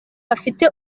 bafite